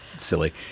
silly